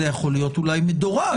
זה יכול להיות אולי מדורג,